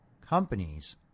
companies